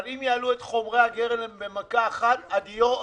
אבל אם יעלו את מחיר חומרי הגלם במכה אחת הדירות